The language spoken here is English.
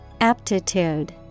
Aptitude